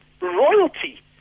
royalty